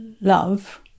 love